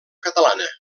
catalana